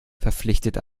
verpflichtet